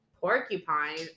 Porcupine